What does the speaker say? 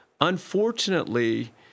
unfortunately